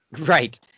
Right